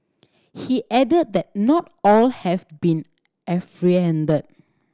he added that not all have been